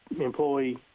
employee